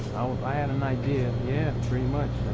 i had an idea, and pretty much.